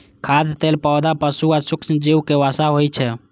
खाद्य तेल पौधा, पशु आ सूक्ष्मजीवक वसा होइ छै